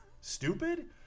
stupid